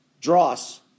dross